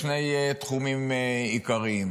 בשני תחומים עיקריים: